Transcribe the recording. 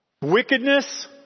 Wickedness